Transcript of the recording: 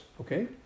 Okay